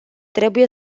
trebuie